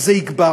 זה יגבר.